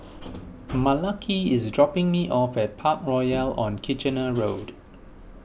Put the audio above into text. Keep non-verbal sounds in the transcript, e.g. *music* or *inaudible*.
*noise* Malaki is dropping me off at Parkroyal on Kitchener Road